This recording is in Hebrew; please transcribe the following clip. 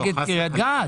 נגד קריית גת?